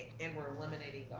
and we're eliminating